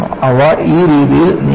അവ ഈ രീതിയിൽ നീങ്ങുന്നു